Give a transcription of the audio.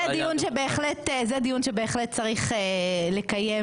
זה דיון שבהחלט צריך לקיים